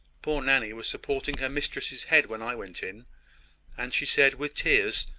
poor nanny was supporting her mistress's head when i went in and she said, with tears,